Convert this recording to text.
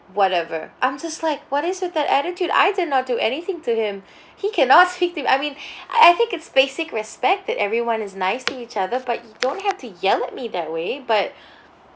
whatever I'm just like what is with that attitude I did not do anything to him he cannot speak to me I mean I think it's basic respect that everyone is nice to each other but you don't have to yell at me that way but